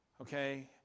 Okay